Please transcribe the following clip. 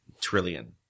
Trillion